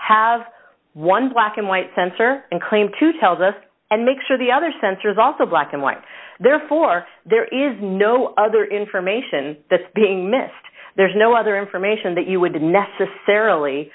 have one black and white sensor and claim two tells us and make sure the other sensors also black and white therefore there is no other information that's being missed there's no other information that you would necessarily